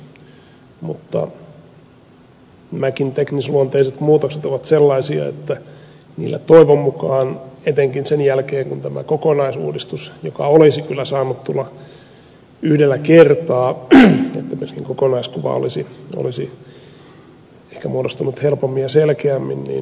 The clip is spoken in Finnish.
mutta nämäkin teknisluonteiset muutokset ovat sellaisia että niillä toivon mukaan etenkin sen jälkeen kun tämä kokonaisuudistus joka kyllä olisi saanut tulla yhdellä kertaa että kokonaiskuva olisi ehkä muodostunut helpommin ja selkeämmin